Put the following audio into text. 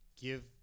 give